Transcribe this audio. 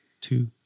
two